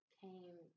came